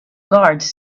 guards